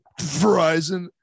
verizon